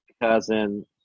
cousin